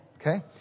Okay